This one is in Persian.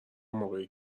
موقعی